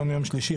היום יום שלישי,